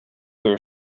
their